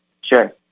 Sure